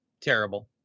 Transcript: terrible